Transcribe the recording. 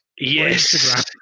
yes